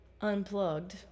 Unplugged